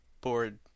board